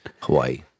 Hawaii